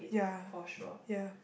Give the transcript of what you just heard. yeah yeah